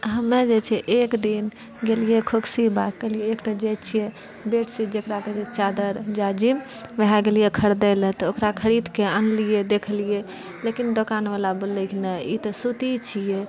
हमे जे छै एक दिन गेलियै खुसकी बाग गेलियै एक टा जाइत छियै बेडशीट जेकरा कहैत छै चादर जाजिम वएह गेलियै खरीदैलय तऽ ओकरा खरीदके आनलियै देखलियै लेकिन दोकानबला बोललै कि नहि ई तऽ सूती छियै